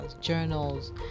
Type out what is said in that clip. journals